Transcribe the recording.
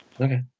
Okay